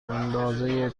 اندازه